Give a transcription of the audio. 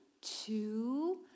two